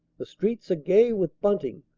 the streets are gay with bunting,